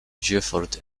gifford